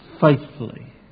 faithfully